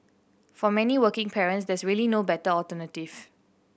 for many working parents there's really no better alternative